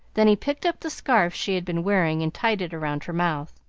then he picked up the scarf she had been wearing and tied it around her mouth.